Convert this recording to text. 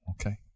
Okay